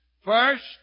first